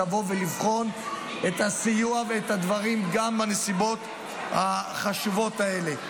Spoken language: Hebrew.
לבוא ולבחון את הסיוע ואת הדברים גם בנסיבות החשובות האלה.